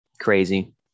crazy